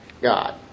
God